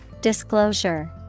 Disclosure